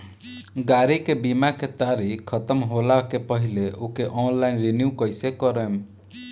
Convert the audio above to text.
गाड़ी के बीमा के तारीक ख़तम होला के पहिले ओके ऑनलाइन रिन्यू कईसे करेम?